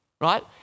right